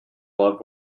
loved